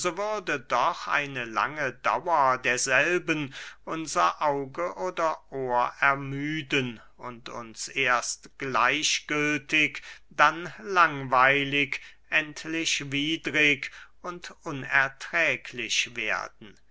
würde doch eine lange dauer derselben unser auge oder ohr ermüden und uns erst gleichgültig dann langweilig endlich widrig und unerträglich werden